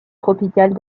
tropicales